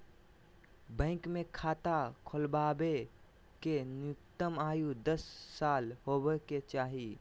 bank मे खाता खोलबावे के न्यूनतम आयु दस साल होबे के चाही